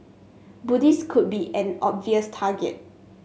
Buddhists could be an obvious target